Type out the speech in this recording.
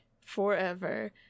forever